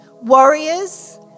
Warriors